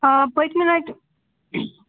آ پٔتۍمہِ لَٹہِ